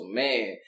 man